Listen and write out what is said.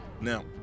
Now